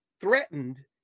threatened